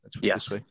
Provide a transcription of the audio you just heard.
yes